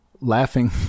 laughing